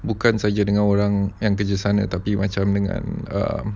bukan saya dengan orang yang kerja sana tapi macam dengan um